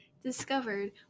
discovered